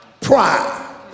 Pride